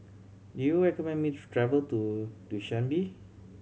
do you recommend me to travel to Dushanbe